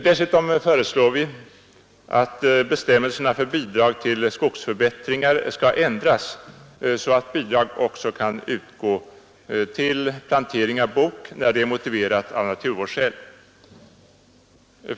Dessutom föreslår vi att bestämmelserna för bidrag till skogsförbättringar skall ändras så att bidrag också kan utgå till plantering av bok där det är motiverat av naturvårdsskäl.